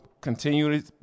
continuing